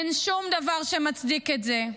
אין שום דבר שמצדיק את זה.